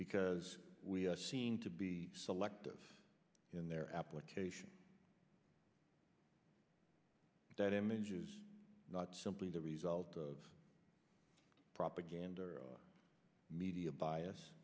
because we are seen to be selective in their application that image is not simply the result of propaganda media bias